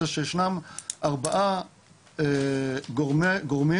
זה שישנם ארבעה גורמים